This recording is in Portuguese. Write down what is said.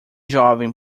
jovem